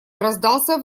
раздался